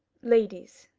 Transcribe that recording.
ladies,